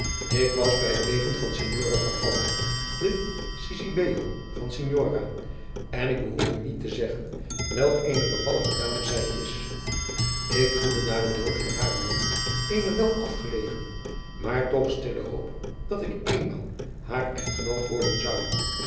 ik was bij het leven van signore farfalla de cicisbeo van signora en ik behoef u niet te zeggen welk eene bevallige dame zij is ik voedde na den dood van haren man eene wel afgelegen maar toch stille hoop dat ik eenmaal haar echtgenoot worden zou